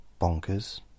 Bonkers